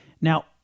Now